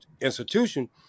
institution